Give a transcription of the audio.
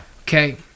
Okay